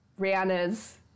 Rihanna's